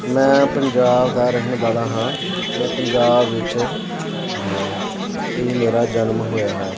ਮੈਂ ਪੰਜਾਬ ਦਾ ਰਹਿਣ ਵਾਲਾ ਹਾਂ ਅਤੇ ਪੰਜਾਬ ਵਿੱਚ ਇਹ ਮੇਰਾ ਜਨਮ ਹੋਇਆ ਹੈ